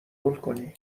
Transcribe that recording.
کنی